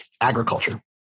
agriculture